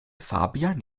fabian